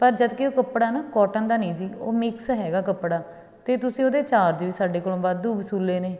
ਪਰ ਜਦ ਕਿ ਉਹ ਕੱਪੜਾ ਨਾ ਕੋਟਨ ਦਾ ਨਹੀਂ ਜੀ ਉਹ ਮਿਕਸ ਹੈਗਾ ਕੱਪੜਾ ਅਤੇ ਤੁਸੀਂ ਉਹਦੇ ਚਾਰਜ ਵੀ ਸਾਡੇ ਕੋਲੋਂ ਵਾਧੂ ਵਸੂਲੇ ਨੇ